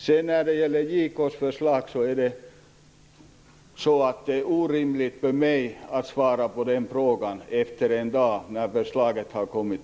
Det är orimligt för mig att svara på frågan om JK:s förslag en dag efter det att förslaget har kommit.